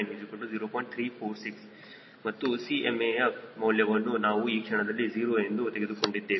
346 ಮತ್ತು 𝐶mαf ಮೌಲ್ಯವನ್ನು ನಾವು ಈ ಕ್ಷಣದಲ್ಲಿ 0 ಎಂದು ತೆಗೆದುಕೊಂಡಿದ್ದೇವೆ